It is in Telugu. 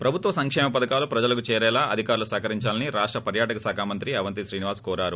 ప్రభుత్వ సంకేమ పధకాలు ప్రజలకు చేరేలా అధికారులు సహకరించాలని రాష్ట పర్యాటక శాఖ మంత్రి అవంతి శ్రీనివాస్ కోరారు